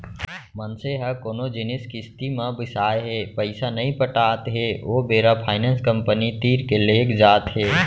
मनसे ह कोनो जिनिस किस्ती म बिसाय हे पइसा नइ पटात हे ओ बेरा फायनेंस कंपनी तीर के लेग जाथे